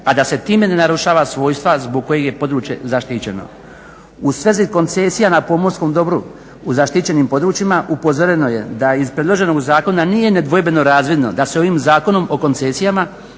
a da se time ne narušava svojstva zbog kojeg je područje zaštićeno. U svezi koncesija na pomorskom dobru u zaštićenim područjima upozoreno je da iz predloženog zakona nije nedvojbeno razvidno da se osim Zakona o koncesijama